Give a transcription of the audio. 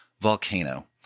Volcano